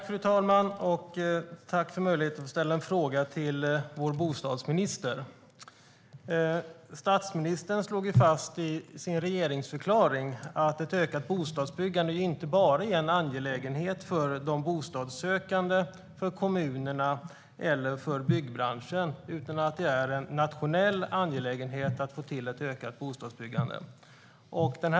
Fru talman! Jag tackar för möjligheten att få ställa en fråga till vår bostadsminister. Statsministern slog i sin regeringsförklaring fast att ett ökat bostadsbyggande inte bara är en angelägenhet för de bostadssökande, kommunerna eller byggbranschen utan att det är en nationell angelägenhet att få till ett ökat bostadsbyggande.